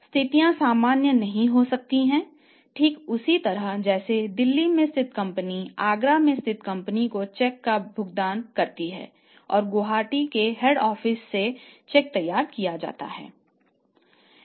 स्थितियां सामान्य नहीं हो सकती हैं ठीक उसी तरह जैसे दिल्ली स्थित कंपनी आगरा स्थित कंपनी को चेक का भुगतान करती है और गुवाहाटी में हेड ऑफिस में चेक तैयार किया जाता है